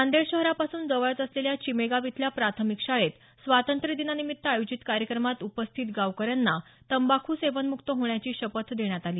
नांदेड शहरापासून जवळच असलेल्या चीमेगाव इथल्या प्राथमिक शाळेत स्वातंत्र्य दिनानिमित्त आयोजित कार्यक्रमात उपस्थित गावकऱ्यांना तंबाखू सेवनमुक्त होण्याची शपथ देण्यात आली